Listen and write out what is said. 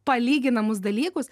palyginamus dalykus